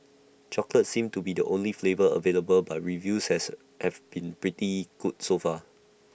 chocolate seems to be the only flavour available but reviews have been pretty good so far